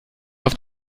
auf